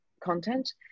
content